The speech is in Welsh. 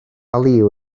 liw